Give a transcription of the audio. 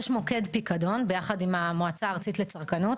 יש מוקד פיקדון ביחד עם המועצה הארצית לצרכנות,